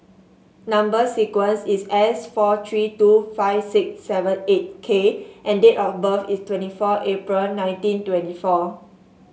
number sequence is S four three two five six seven eight K and date of birth is twenty four April nineteen twenty four